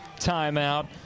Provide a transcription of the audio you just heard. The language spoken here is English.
timeout